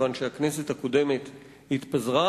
משום שהכנסת הקודמת התפזרה,